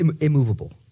immovable